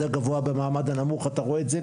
הגבוה ובמעמד הנמוך; אתה רואה את זה,